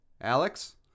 Alex